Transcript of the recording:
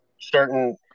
certain